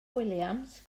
williams